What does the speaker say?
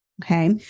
Okay